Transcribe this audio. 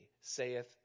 saith